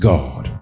God